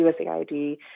USAID